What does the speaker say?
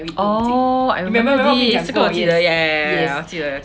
orh I remember already 这个我记得 ya ya ya ya ya 我记得我记得